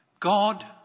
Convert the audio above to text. God